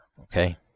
Okay